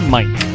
Mike